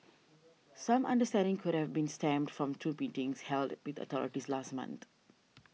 some understanding could have been stemmed from two meetings held with the authorities last month